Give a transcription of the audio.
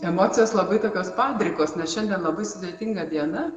emocijos labai tokios padrikos nes šiandien labai sudėtinga diena